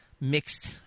mixed